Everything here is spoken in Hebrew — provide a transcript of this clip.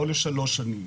לא לשלוש שנים,